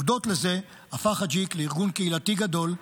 הודות לזה הפך אג'יק לארגון קהילתי גדול,